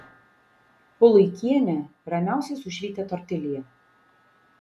puluikienė ramiausiai sušveitė tortilją